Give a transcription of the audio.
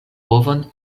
ovon